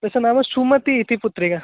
तस्य नाम सुमती इति पत्रिका